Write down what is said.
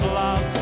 love